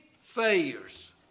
failures